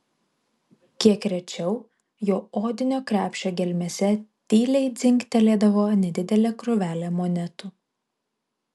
kiek rečiau jo odinio krepšio gelmėse tyliai dzingtelėdavo nedidelė krūvelė monetų